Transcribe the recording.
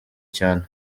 cyane